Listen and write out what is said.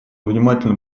внимательно